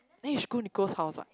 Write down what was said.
then you should go Nicole's house what